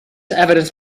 evidence